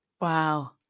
Wow